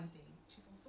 hmm